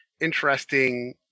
interesting